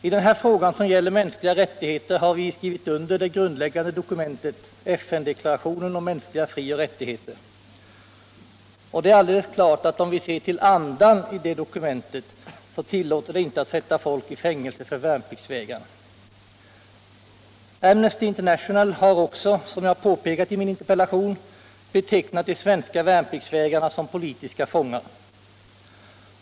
I den här frågan, som gäller mänskliga rättigheter, har vi skrivit under det grundläggande dokumentet, FN-deklarationen om mänskliga frioch rättigheter. Det är alldeles klart, att om vi ser till andan i det dokumentet så tillåter det inte att man sätter folk i fängelse för värnpliktsvägran. Amnesty International har också, som jag påpekat i min interpellation, betecknat de svenska värnpliktsvägrarna som politiska fångar.